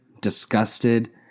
disgusted